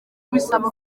bisaba